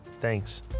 Thanks